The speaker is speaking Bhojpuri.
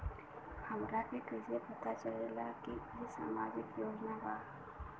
हमरा के कइसे पता चलेगा की इ सामाजिक योजना बा?